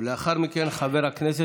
286 ו-287.